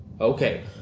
okay